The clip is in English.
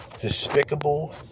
despicable